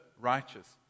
righteous